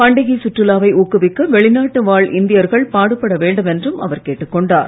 பண்டிகை சுற்றுலாவை ஊக்குவிக்க வெளிநாட்டு வாழ் இந்தியர்கள் பாடுபட வேண்டும் என்றும் அவர் கேட்டுக் கொண்டார்